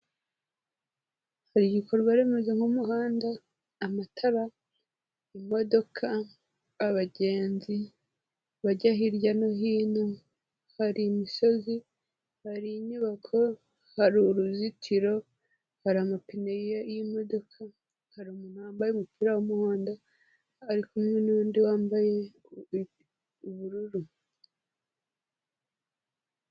Hari ibikorwa remezo nk'umuhanda, amatara, imodoka, abagenzi bajya hirya no hino, hari imisozi, hari inyubako, hari uruzitiro, hari amapine y'imodoka, hari umuntu wambaye umupira w'umuhondo ari kumwe n'undi wambaye ubururu.